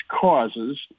causes